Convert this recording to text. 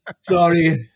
Sorry